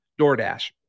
DoorDash